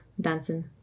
dancing